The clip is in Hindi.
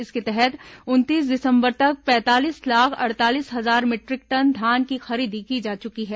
इसके तहत उनतीस दिसंबर तक पैंतालीस लाख अड़तालीस हजार मीटरिक टन धान की खरीदी की जा चुकी है